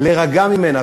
להירגע ממנה.